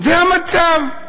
זה המצב.